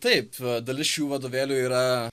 taip dalis šių vadovėlių yra